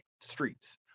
Streets